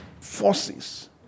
forces